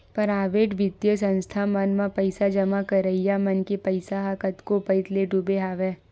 private बित्तीय संस्था मन म पइसा जमा करइया मन के पइसा ह कतको पइत ले डूबे हवय